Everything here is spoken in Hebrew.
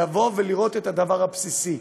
לראות את הדבר הבסיסי.